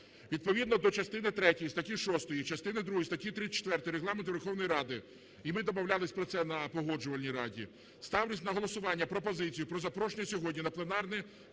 Відповідно до частини третьої статті 6, частини другої статті 34 Регламенту Верховної Ради, і ми домовлялись про це на Погоджувальній раді, ставлю на голосування пропозицію про запрошення сьогодні на пленарне